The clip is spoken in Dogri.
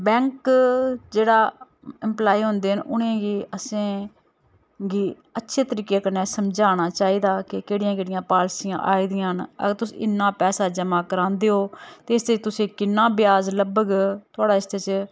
बैंक जेह्ड़ा एम्पलाय होंदे न उनेंगी असें गी अच्छे तरीके कन्नै समझाना चाहिदा के केह्ड़ियां केह्ड़ियां पालिसियां आई दियां न अगर तुस इन्ना पैसा जमा करांदे ओ ते इस च तुसेंगी किन्ना ब्याज लब्भग थुआढ़ा इस च